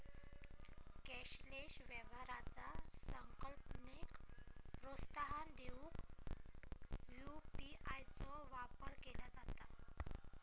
cashless व्यवहाराचा संकल्पनेक प्रोत्साहन देऊक यू.पी.आय चो वापर केला जाता